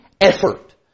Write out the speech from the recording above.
effort